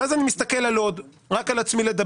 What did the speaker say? כשאני מתסכל על לוד אני רואה